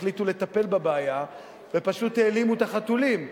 החליטו לטפל בבעיה ופשוט העלימו את החתולים,